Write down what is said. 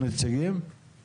אני